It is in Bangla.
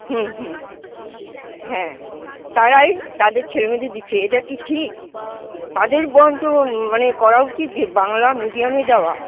হুম হুম হ্যাঁ তারাই তাদের ছেলেমেয়েদের দিচ্ছে এটা কি ঠিক তাদের বরঞ্চ মানে করা উচিত যে বাংলা মিডিয়ামে দেওয়া